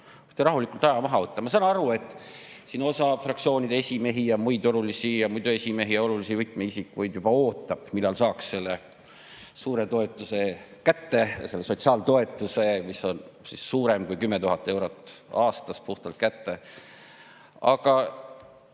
rahulikult aja maha võtta. Ma saan aru, et siin osa fraktsioonide esimehi ja muidu esimehi ja muid olulisi võtmeisikuid juba ootab, millal saaks selle suure toetuse kätte, selle sotsiaaltoetuse, mis on suurem kui 10 000 eurot aastas puhtalt kätte. Aga